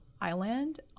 island